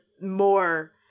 more